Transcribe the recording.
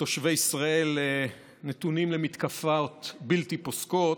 ותושבי ישראל נתונים למתקפות בלתי פוסקות,